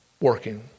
working